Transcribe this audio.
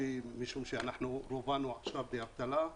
משום שאנחנו, רובנו, עכשיו באבטלה.